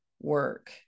work